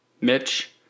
Mitch